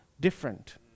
different